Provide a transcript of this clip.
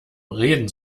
reden